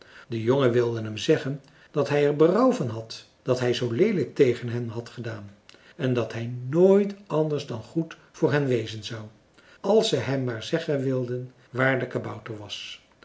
de jongen wilde hem zeggen dat hij er berouw van had dat hij zoo leelijk tegen hen had gedaan en dat hij nooit anders dan goed voor hen wezen zou als ze hem maar zeggen wilden waar de kabouter was